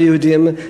לא יהודים,